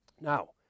now